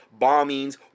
bombings